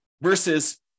versus